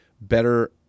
better